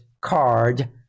card